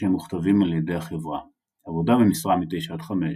שהם מוכתבים על ידי החברה עבודה במשרה מתשע עד חמש,